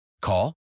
Call